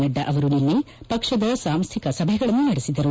ನಡ್ಡಾ ಅವರು ನಿನ್ನೆ ಪಕ್ಷದ ಸಾಂಸ್ಥಿಕ ಸಭೆಗಳನ್ನು ನಡೆಸಿದರು